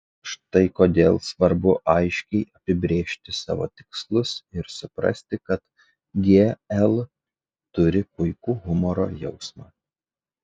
štai kodėl svarbu aiškiai apibrėžti savo tikslus ir suprasti kad gl turi puikų humoro jausmą